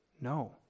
No